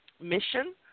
mission